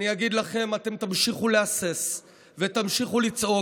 אני אגיד לכם, אתם תמשיכו להסס ותמשיכו לצעוק.